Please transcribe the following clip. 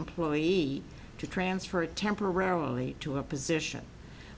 employee to transfer temporarily to a position